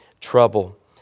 trouble